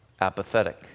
apathetic